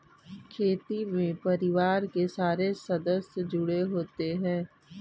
खेती में परिवार के सारे सदस्य जुड़े होते है